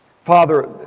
father